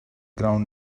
ground